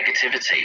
negativity